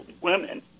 women